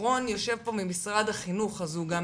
לירון ממשרד החינוך יושב פה, אז הוא גם